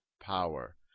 power